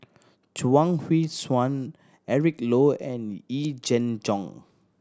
Chuang Hui Tsuan Eric Low and Yee Jenn Jong